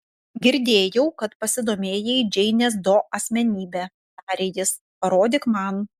girdėjau kad pasidomėjai džeinės do asmenybe tarė jis parodyk man